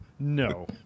No